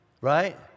right